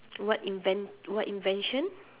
what invent~ what invention